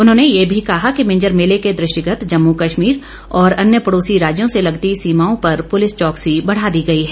उन्होंने ये भी कहा कि भिंजर मेले के दृष्टिगत जम्मू कश्मीर और अन्य पड़ौसी राज्यों से लगती सीमाओं पर पुलिस चौकसी बढ़ा दी गई है